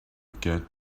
get